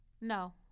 No